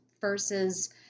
versus